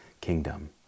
kingdom